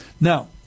Now